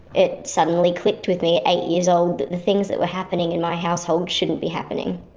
it suddenly clicked with me, eight years old, that the things that were happening in my household shouldn't be happening.